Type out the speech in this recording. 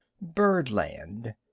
Birdland